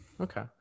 Okay